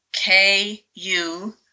K-U